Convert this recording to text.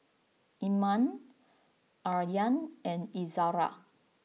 Iman Aryan and Izara